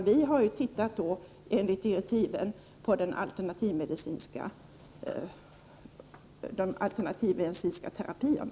Vi har ju enligt direktiven sett på de alternativmedicinska terapierna.